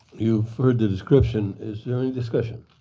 you've heard the description. is there any discussion?